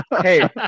hey